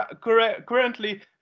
currently